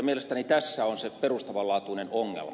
mielestäni tässä on se perustavanlaatuinen ongelma